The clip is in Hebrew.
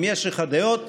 אם יש לך דעות,